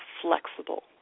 flexible